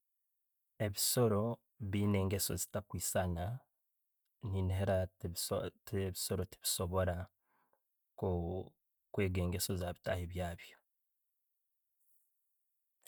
﻿E'bisoro biyina engeeso ezitakwisaana, neniira tebiso tebisobora ku- kwega engeso zabitabiyayo.